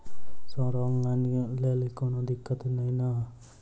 Sir online लैल कोनो दिक्कत न ई नै?